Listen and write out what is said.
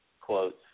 quotes